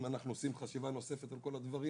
אם אנחנו עושים חשיבה נוספת על כל הדברים,